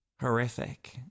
horrific